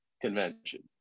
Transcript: convention